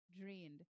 drained